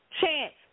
Chance